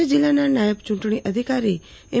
કચ્છ જિલ્લાના નાયબ ચુંટણી અધિકારી એમ